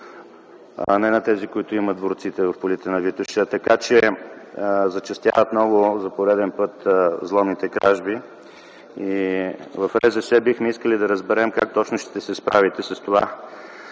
не на тези, които имат дворците в полите на Витоша. Така че зачестяват много взломните кражби и в РЗС бихме искали да разберем как точно ще се справите с това.